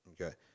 okay